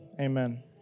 amen